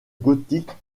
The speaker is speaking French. gothique